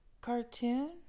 cartoon